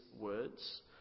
words